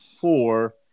four